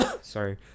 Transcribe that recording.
Sorry